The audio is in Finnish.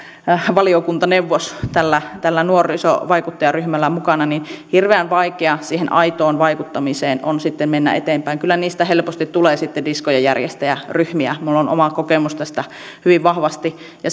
valiokuntaneuvosta tällä tällä nuorisovaikuttajaryhmällä mukana niin hirveän vaikea siihen aitoon vaikuttamiseen on sitten mennä eteenpäin kyllä niistä helposti tulee sitten diskojenjärjestäjäryhmiä minulla on oma kokemus tästä hyvin vahvasti ja